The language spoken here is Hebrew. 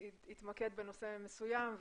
אני גם לא רוצה להתמקד בנושא מסוים,